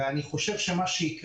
ואני מתאר לעצמי מה יקרה.